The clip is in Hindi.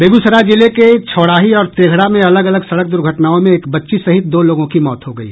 बेगूसराय जिले के छौड़ाही और तेघड़ा में अलग अलग सड़क दुर्घटनाओं में एक बच्ची सहित दो लोगों की मौत हो गयी